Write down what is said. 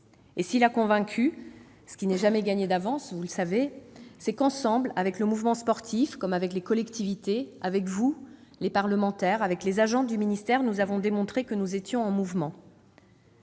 S'il a convaincu- ce qui, vous le savez, n'est jamais gagné d'avance -, c'est qu'ensemble, avec le mouvement sportif comme avec les collectivités, avec vous, parlementaires, avec les agents du ministère, nous avons démontré que nous étions en mouvement.